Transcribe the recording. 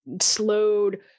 slowed